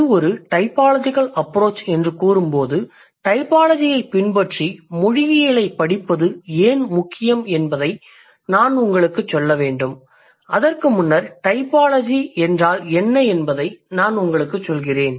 இது ஒரு typological approach என்று கூறும்போது டைபாலஜியைப் பின்பற்றி மொழியியலைப் படிப்பது ஏன் முக்கியம் என்பதை நான் உங்களுக்குச் சொல்ல வேண்டும் அதற்கு முன்னர் டைபாலஜி என்றால் என்ன என்பதை நான் உங்களுக்குச் சொல்கிறேன்